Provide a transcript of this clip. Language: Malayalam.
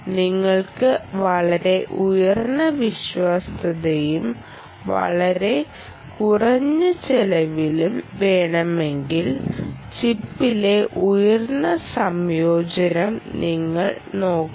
നിങ്ങൾക്ക് വളരെ ഉയർന്ന വിശ്വാസ്യതയും വളരെ കുറഞ്ഞ ചെലവിലും വേണമെങ്കിൽ ചിപ്പിലെ ഉയർന്ന സംയോജനം നിങ്ങൾ നോക്കണം